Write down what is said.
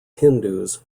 hindus